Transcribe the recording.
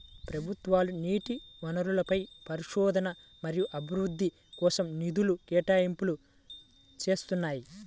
ప్రభుత్వాలు నీటి వనరులపై పరిశోధన మరియు అభివృద్ధి కోసం నిధుల కేటాయింపులు చేస్తున్నాయి